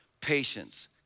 patience